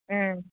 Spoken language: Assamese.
ও